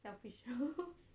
selfish